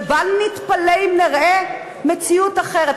ובל נתפלא אם נראה מציאות אחרת.